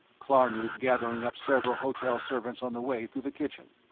klarnood gathering up several hotel servants on the way through the kitchen.